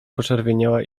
poczerwieniała